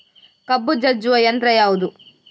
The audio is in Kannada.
ಕಬ್ಬು ಜಜ್ಜುವ ಯಂತ್ರ ಯಾವುದು?